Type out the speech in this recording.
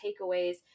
takeaways